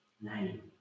name